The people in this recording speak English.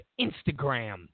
Instagram